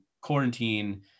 quarantine